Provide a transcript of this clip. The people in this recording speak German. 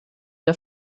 der